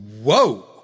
Whoa